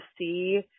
see